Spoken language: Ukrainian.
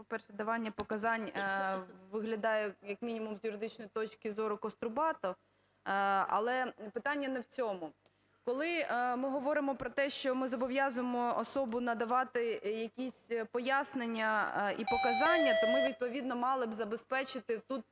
по-перше, "давання показань" виглядає, як мінімум з юридичної точки зору, кострубато. Але питання не в цьому. Коли ми говоримо про те, що ми зобов’язуємо особу надавати якісь пояснення і показання, то ми, відповідно, мали б забезпечити тут